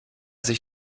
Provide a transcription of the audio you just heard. sich